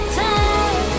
time